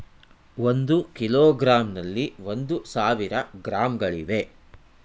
ಒಂದು ಕಿಲೋಗ್ರಾಂನಲ್ಲಿ ಒಂದು ಸಾವಿರ ಗ್ರಾಂಗಳಿವೆ